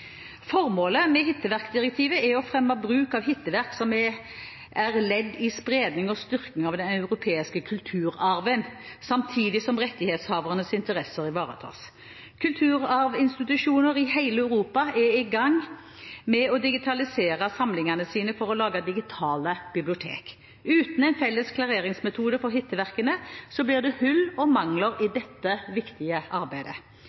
Formålet med hitteverkdirektivet er å fremme bruk av hitteverk som et ledd i spredning og styrking av den europeiske kulturarven, samtidig som rettighetshavernes interesse ivaretas. Kulturarvinstitusjoner i hele Europa er i gang med å digitalisere samlingene sine for å lage digitale bibliotek. Uten en felles klareringsmetode for hitteverkene blir det hull og mangler i dette viktige arbeidet.